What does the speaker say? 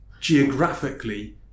geographically